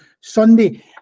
Sunday